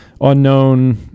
unknown